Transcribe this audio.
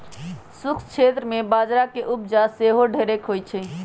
सूखक क्षेत्र में बजरा के उपजा सेहो ढेरेक होइ छइ